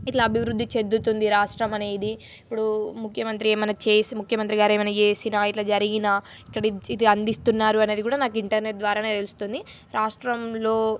ఇట్లా అభివృద్ధి చెందుతుంది రాష్ట్రం అనేది ఇప్పుడు ముఖ్యమంత్రి ఏమైన్నా చేసి ముఖ్యమంత్రి గారు ఏమన్నా చేసిన ఇట్లా జరిగినా ఇక్కడ ఇది అందిస్తున్నారు అనేది కూడా నాకు ఇంటర్నెట్ ద్వారా తెలుస్తుంది రాష్ట్రంలో